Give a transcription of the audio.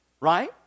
right